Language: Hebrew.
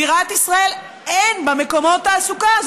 בירת ישראל, אין בה מקומות תעסוקה.